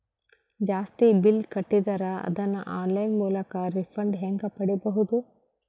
ಜಾಸ್ತಿ ಬಿಲ್ ಕಟ್ಟಿದರ ಅದನ್ನ ಆನ್ಲೈನ್ ಮೂಲಕ ರಿಫಂಡ ಹೆಂಗ್ ಪಡಿಬಹುದು?